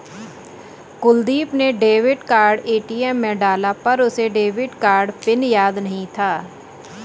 कुलदीप ने debit card ATM में डाला पर उसे डेबिट कार्ड पिन याद नहीं था